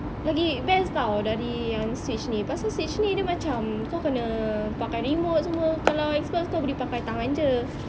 lagi lagi best tau dari yang switch ni pasal switch ni dia macam kau kena pakai remote kalau Xbox kau boleh pakai tangan jer